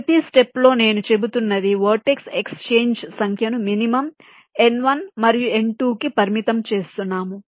ప్రతీ స్టెప్ లో నేను చెబుతున్నది వెర్టెక్స్ ఎక్స్చేంజ్ సంఖ్యను మినిమం n1 మరియు n2 కు పరిమితం చేస్తున్నాము